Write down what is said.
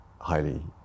highly